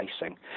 racing